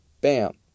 bam